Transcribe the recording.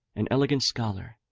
an elegant scholar,